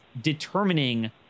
determining